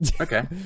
Okay